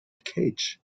cage